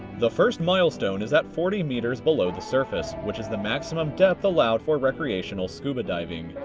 the first milestone is at forty meters below the surface, which is the maximum depth allowed for recreational scuba diving.